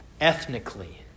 ethnically